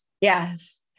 Yes